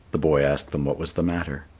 the boy asked them what was the matter.